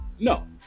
No